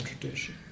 tradition